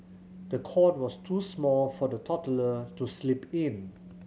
the cot was too small for the toddler to sleep in